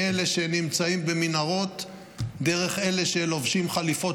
מאלה שנמצאים במנהרות דרך אלה שלובשים חליפות